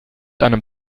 einem